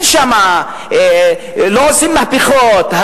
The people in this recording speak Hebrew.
לא עושים מהפכות,